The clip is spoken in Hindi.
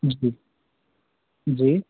जी जी